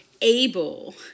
able